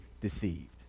deceived